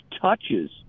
touches